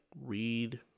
read